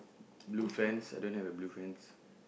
blue fence I don't have a blue fence